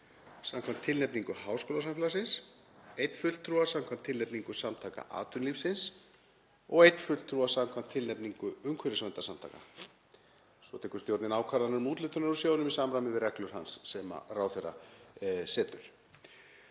samkvæmt tilnefningu háskólasamfélagsins, einn fulltrúa samkvæmt tilnefningu Samtaka atvinnulífsins og einn fulltrúa samkvæmt tilnefningu umhverfisverndarsamtaka.“ — Svo tekur stjórnin ákvarðanir um úthlutanir úr sjóðnum í samræmi við reglur hans sem ráðherra setur.